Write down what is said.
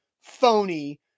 phony